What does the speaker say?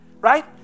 right